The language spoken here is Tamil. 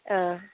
ஆ